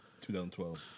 2012